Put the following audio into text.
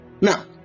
Now